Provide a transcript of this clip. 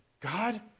God